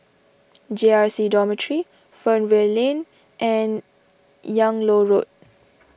J R C Dormitory Fernvale Lane and Yung Loh Road